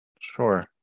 Sure